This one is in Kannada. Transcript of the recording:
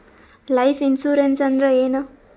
ಲೈಫ್ ಇನ್ಸೂರೆನ್ಸ್ ಅಂದ್ರ ಏನ?